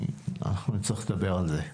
אנחנו נצטרך לדבר על זה.